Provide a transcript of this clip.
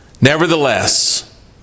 Nevertheless